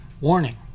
Warning